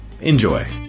Enjoy